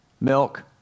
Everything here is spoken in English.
milk